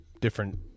different